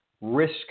Risk